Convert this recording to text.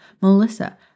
Melissa